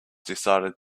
decided